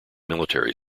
military